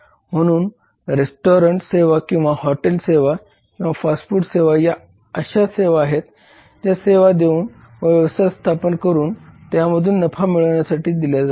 म्हणून रेस्टॉरंट सेवा किंवा हॉटेल सेवा किंवा फास्ट फूड सेवा या अशा सेवा आहेत ज्या सेवा देऊन व व्यवसाय स्थापन करून त्यामधून नफा कमविण्यासाठी दिल्या जातात